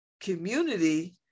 community